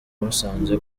musanze